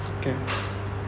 okay